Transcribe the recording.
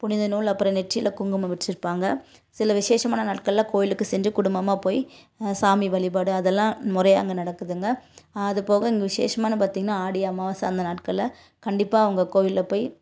புனித நூல் அப்புறோம் நெற்றியில் குங்குமம் வச்சுருப்பாங்க சில விசேஷமான நாட்களில் கோயிலுக்கு சென்று குடும்பமாக போய் சாமி வழிபாடு அதெல்லாம் முறையாக அங்கே நடக்குதுங்க அதுபோக இங்கே விசேஷம்னு பார்த்தீங்கனா ஆடி அமாவாசை அந்த நாட்களில் கண்டிப்பாக அவங்க கோயிலில் போய்